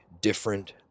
different